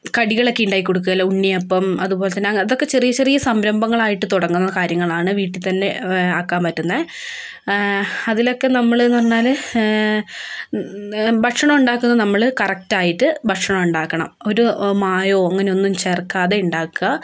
കടികളൊക്കെ ഉണ്ടാക്കി കൊടുക്കുകയല്ലേ ഉണ്ണിയപ്പം അതുപോലെതന്നെ അതൊക്കെ ചെറിയ ചെറിയ സംരംഭങ്ങളായിട്ട് തുടങ്ങുന്ന കാര്യങ്ങളാണ് വീട്ടിൽ തന്നെ ആക്കാൻ പറ്റുന്നത് അതിലൊക്കെ നമ്മളെന്ന് പറഞ്ഞാൽ ഭക്ഷണം ഉണ്ടാക്കുന്ന നമ്മള് കറക്ടായിട്ട് ഭക്ഷണം ഉണ്ടാക്കണം ഒരു മായമോ അങ്ങനെ ഒന്നും ചേർക്കാതെ ഉണ്ടാക്കുക